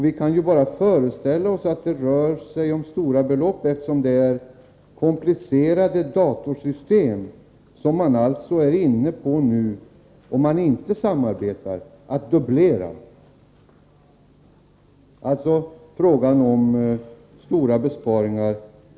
Vi kan ju bara föreställa oss att det rör sig om stora belopp, eftersom det är komplicerade datorsystem som man, om man inte samarbetar, nu är inne på att dubblera.